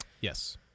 Yes